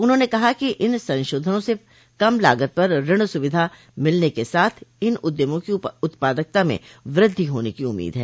उन्होंने कहा कि इन संशोधनों से कम लागत पर ऋण सुविधा मिलने के साथ इन उद्यमों की उत्पादकता में वृद्धि होने की उम्मीद है